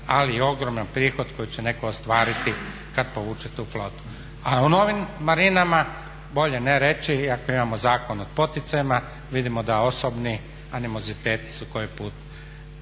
ali i ogroman prihod koji će netko ostvariti kad povuče tu flotu. A o novim marinama bolje ne reći, iako imamo Zakon o poticajima vidimo da osobni animoziteti su koji put